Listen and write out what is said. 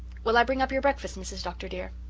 will i bring up your breakfast, mrs. dr. dear.